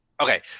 Okay